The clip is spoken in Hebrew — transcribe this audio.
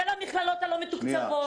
של המכללות הלא מתוקצבות.